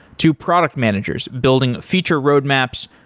to product managers building feature roadmaps,